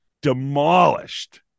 demolished